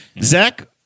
Zach